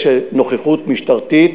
שנוכחות משטרתית